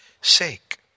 sake